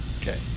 Okay